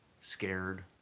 scared